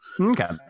Okay